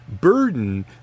burden